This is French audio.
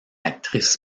actrice